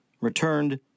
returned